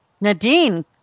Nadine